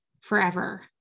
forever